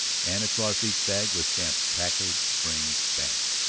and across each bag was stamped packard springs bank.